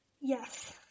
Yes